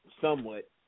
somewhat